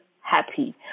happy